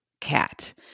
cat